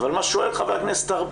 אבל מה ששואל ח"כ ארבל,